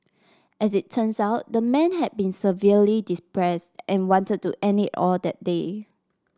as it turns out the man had been severely depressed and wanted to end it all that day